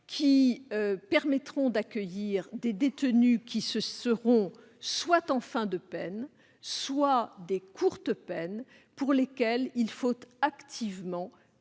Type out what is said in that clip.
qui permettront d'accueillir des détenus soit en fin de peine, soit en courte peine et pour lesquels il faut activement